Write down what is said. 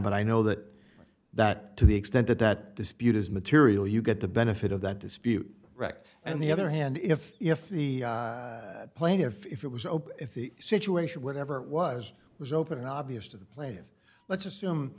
but i know that that to the extent that that dispute is material you get the benefit of that dispute rect and the other hand if if the plaintiff if it was open if the situation whatever was was open obvious to the plate of let's assume